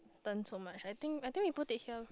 turn so much I think I think we put it here